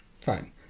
fine